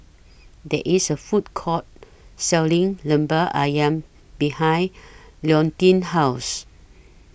There IS A Food Court Selling Lemper Ayam behind Leontine's House